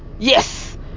Yes